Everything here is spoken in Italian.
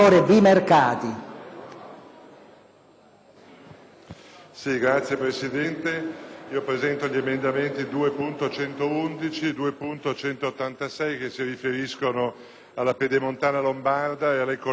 Signor Presidente, illustro gli emendamenti 2.111 e 2.186, che si riferiscono alla Pedemontana lombarda e alle connesse tangenziali di Como e Varese.